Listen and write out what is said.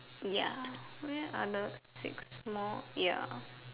ya where are the six small ya